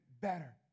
better